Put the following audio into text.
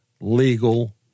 legal